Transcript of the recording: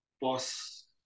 boss